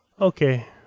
okay